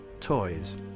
toys